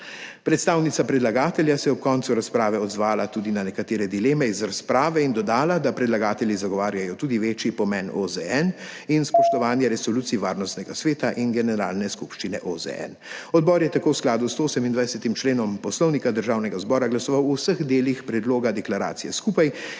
Predstavnica predlagatelja se je ob koncu razprave odzvala tudi na nekatere dileme iz razprave in dodala, da predlagatelji zagovarjajo tudi večji pomen OZN in spoštovanje resolucije Varnostnega sveta in Generalne skupščine OZN. Odbor je tako v skladu z 28. členom Poslovnika Državnega zbora glasoval o vseh delih predloga deklaracije skupaj